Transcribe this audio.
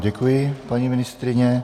Děkuji vám, paní ministryně.